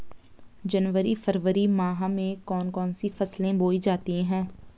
जनवरी फरवरी माह में कौन कौन सी फसलें बोई जाती हैं?